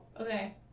Okay